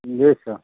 जी sir